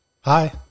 Hi